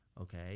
okay